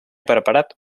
preparat